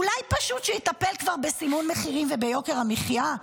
אולי פשוט שיטפל כבר בסימון מחירים וביוקר המחיה?